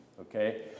okay